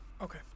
Okay